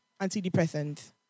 antidepressants